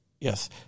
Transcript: Yes